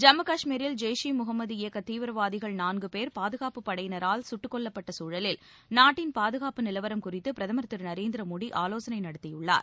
ஜம்மு காஷ்மீரில் ஜெய்ஷ் இ முஹமது இயக்க தீவிரவாதிகள் நான்கு பேர் பாதுகாப்புப் படையினரால் குட்டுக் கொல்லப்பட்ட சூழலில் நாட்டின் பாதுகாப்பு நிலவரம் குறித்து பிரதமர் திரு நரேந்திர மோடி ஆலோசனை நடத்தியுள்ளார்